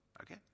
Okay